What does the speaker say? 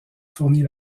fournit